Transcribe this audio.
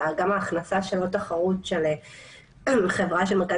גם ההכנסה של עוד תחרות של חברה של מרכז